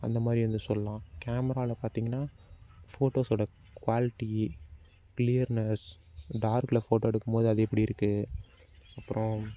அந்தமாதிரி வந்து சொல்லலாம் கேமராவில் பார்த்திங்கனா ஃபோட்டோஸோடய குவாலிட்டி கிளியர்னஸ் டார்க்கில் ஃபோட்டோ எடுக்கும்போது அது எப்படிருக்கு அப்புறம்